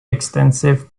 extensive